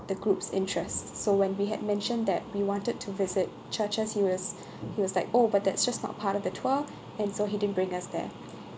the group's interest so when we had mentioned that we wanted to visit churches he was he was like oh but that's just not part of the tour and so he didn't bring us there